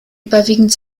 überwiegend